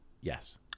Yes